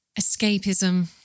Escapism